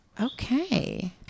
okay